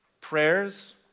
prayers